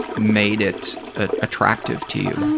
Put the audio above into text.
made it ah attractive to you